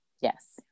Yes